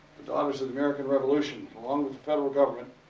daughters of the american revolution along with the federal government,